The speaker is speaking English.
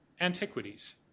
Antiquities